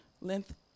Length